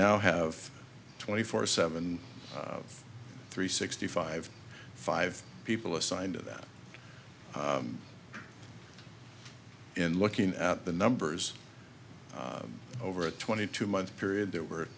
now have twenty four seven three sixty five five people assigned to that in looking at the numbers over a twenty two month period there were